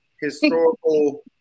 historical